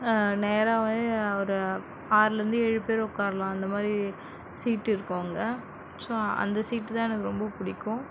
நேராகவே ஒரு ஆறுலேருந்து ஏழு பேர் உக்காருலாம் அந்தமாதிரி சீட்டு இருக்கும் அங்கே ஸோ அந்த சீட்டு தான் எனக்கு ரொம்ப பிடிக்கும்